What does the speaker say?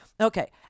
Okay